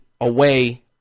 away